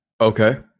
Okay